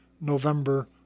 November